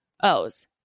O's